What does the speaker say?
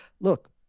Look